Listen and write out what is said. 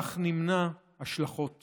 כך נמנע השלכות